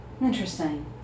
Interesting